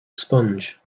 sponge